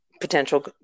potential